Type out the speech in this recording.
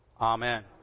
Amen